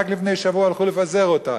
רק לפני שבוע הלכו לפזר אותה,